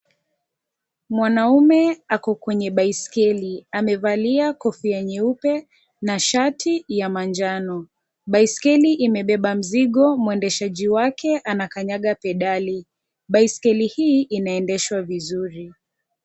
Mwanaume ako kwenye baiskeli. Amevalia kofia nyeupe na shati ya manjano. Baiskeli imebeba mzigo. Mwendeshaji wake anakanyaga pedali. Baiskeli hii inaendeshwa vizuri.